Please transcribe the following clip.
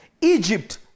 Egypt